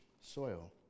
soil